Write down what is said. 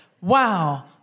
Wow